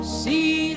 see